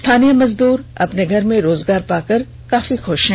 स्थानीय मजदूर अपने घर में रोजगार पाकर काफी खुष हैं